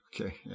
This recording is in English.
okay